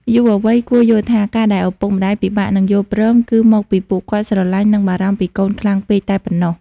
យុវវ័យគួរយល់ថា ការដែលឪពុកម្ដាយពិបាកនឹងយល់ព្រម គឺមកពីពួកគាត់ស្រឡាញ់ និងបារម្ភពីកូនខ្លាំងពេកតែប៉ុណ្ណោះ។